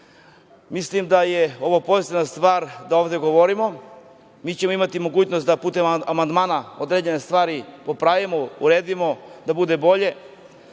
da je pozitivna stvar da ovde govorimo. Imaćemo mogućnost da putem amandmana određene stvari popravimo, uredimo, da budu bolje.